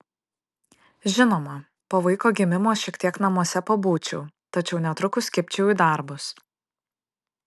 žinoma po vaiko gimimo šiek tiek namuose pabūčiau tačiau netrukus kibčiau į darbus